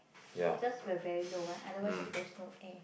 just the very low one otherwise there's no air